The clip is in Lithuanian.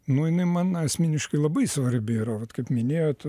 nu jinai man asmeniškai labai svarbi yra vat kaip minėjot